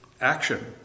action